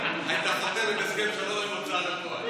אם הייתה, חותמת הסכם שלום עם ההוצאה לפועל.